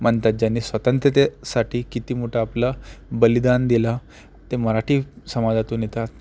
म्हणतात ज्यांनी स्वतंत्रतेसाठी किती मोठं आपलं बलिदान दिलं ते मराठी समाजातून येतात